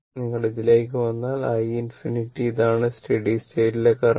നിങ്ങൾ ഇതിലേക്ക് വന്നാൽ i ∞ ഇതാണ് സ്റ്റഡി സ്റ്റേറ്റിലെ കറന്റ്